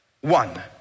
one